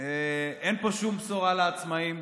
אין פה שום בשורה לעצמאים.